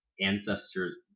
ancestors